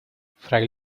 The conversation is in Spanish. fray